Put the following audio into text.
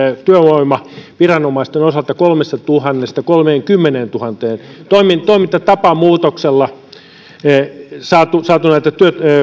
työvoimaviranomaisten kolmestatuhannesta kolmeenkymmeneentuhanteen toimintatapamuutoksella on saatu näitä